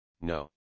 no